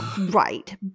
Right